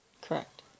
Correct